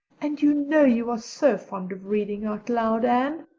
and you know you are so fond of reading out loud, anne.